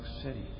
City